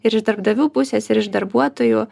ir iš darbdavių pusės ir iš darbuotojų